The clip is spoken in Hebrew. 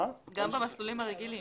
במסלולים הרגילים.